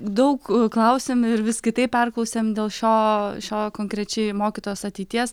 daug klausėm ir vis kitaip perklausėm dėl šio šio konkrečiai mokytojos ateities